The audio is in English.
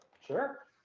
Sure